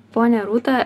ponia rūta